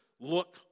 look